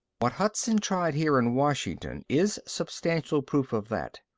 what hudson tried here in washington is substantial proof of that.